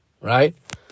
right